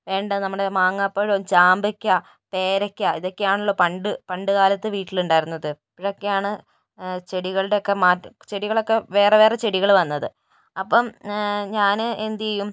വേണ്ട നമ്മുടെ മാങ്ങാപ്പഴോം ചാമ്പയ്ക്ക പേരയ്ക്ക ഇതൊക്കെയാണല്ലോ പണ്ട് പണ്ടുകാലത്ത് വീട്ടിലുണ്ടായിരുന്നത് ഇപ്പോഴൊക്കെയാണ് ചെടികളുടെക്കെ മാറ്റം ചെടികളൊക്കെ വേറെ വേറെ ചെടികൾ വന്നത് അപ്പോൾ ഞാൻ എന്തു ചെയ്യും